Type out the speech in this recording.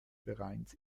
vereins